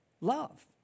love